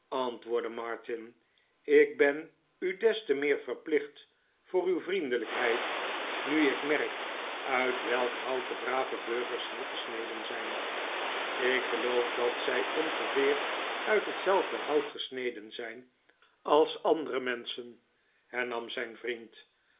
antwoordde martin ik ben u des te meer verplicht voor uw vriendelijkheid nu ik merk uit welk hout de brave burgers hier gesneden zijn ik geloof dat zij ongeveer uit hetzelfde hout gesneden zijn als andere menschen hernam zijn vriend